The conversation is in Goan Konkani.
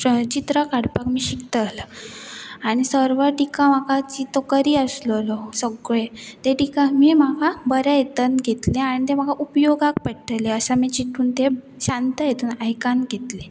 चित्रां काडपाक शिकतालो आनी सर्व टिका म्हाका जी तो करी आसलेलो सगळें ते टिका आमी म्हाका बऱ्या हेतन घेतले आनी तें म्हाका उपयोगाक पडटले आसा आमी चिंतून ते शांत हितून आयकान घेतले